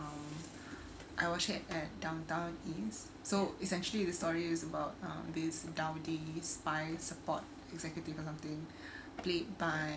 um I watched it at downtown east so essentially the story is about uh this dowdy the spy support executive or something played by